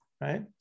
Right